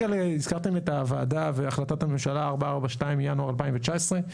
הזכרתם את הוועדה והחלטת הממשלה 442 מינואר 2019,